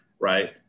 right